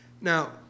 Now